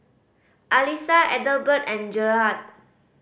Alissa Adelbert and Gerhard